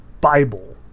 Bible